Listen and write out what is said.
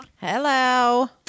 hello